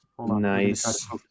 Nice